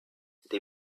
they